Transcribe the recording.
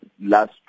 last